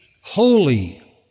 holy